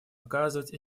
оказывать